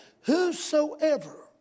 whosoever